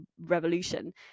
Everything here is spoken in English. revolution